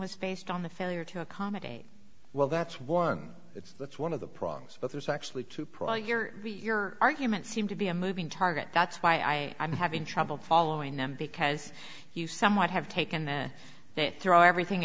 was based on the failure to accommodate well that's one it's that's one of the prongs but there's actually two probably your your arguments seem to be a moving target that's why i'm having trouble following them because you somewhat have taken that throw everything